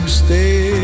stay